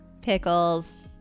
Pickles